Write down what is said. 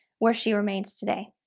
where she remains today.